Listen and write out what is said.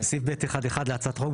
סעיף (ב1)(1) להצעת החוק,